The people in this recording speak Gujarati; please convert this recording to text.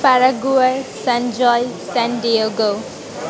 પારાઘુંઅલ સંજોય સેન ડિયોગો